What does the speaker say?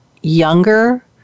younger